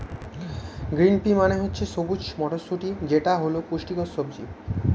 green pea মানে হচ্ছে সবুজ মটরশুঁটি যেটা হল পুষ্টিকর সবজি